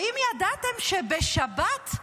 האם ידעתם שבשבת,